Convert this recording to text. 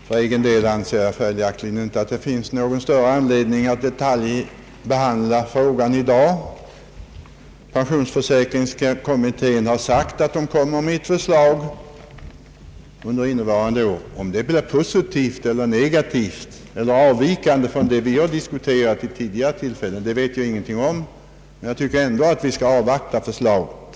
För egen del anser jag följaktligen inte att det finns någon större anledning att detaljbehandla frågan i dag. Pensionsförsäkringskommittén har uppgivit att den kommer med förslag under innevarande år. Om detta blir positivt, negativt eller avvikande från vad vi diskuterat vid tidigare tillfällen vet jag ingenting om, men jag tycker ändå att vi skall avvakta förslaget.